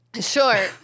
Sure